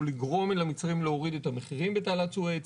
או לגרום למצרים להוריד את המחירים בתעלת סואץ,